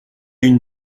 une